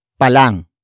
palang